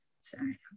Sorry